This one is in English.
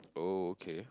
oh okay